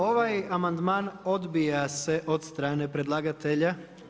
Ovaj amandman odbija se od strane predlagatelja.